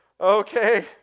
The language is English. okay